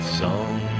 song